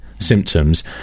symptoms